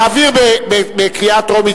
נעביר בקריאה טרומית,